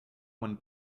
when